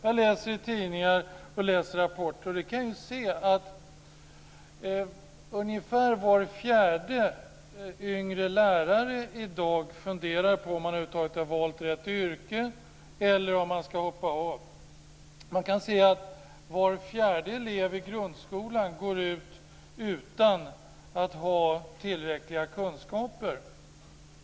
Jag läser tidningar och rapporter. Jag kan se att ungefär var fjärde yngre lärare i dag funderar på om han eller hon över huvud taget har valt rätt yrke eller ska hoppa av. Man kan se att var fjärde elev i grundskolan går ut utan att ha tillräckliga kunskaper.